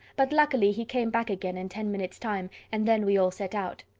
but, luckily, he came back again in ten minutes' time, and then we all set out.